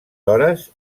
hores